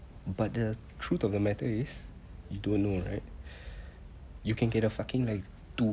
but the truth of the matter is you don't know right you can get a fucking like two